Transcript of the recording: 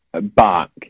back